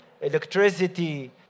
electricity